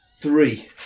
three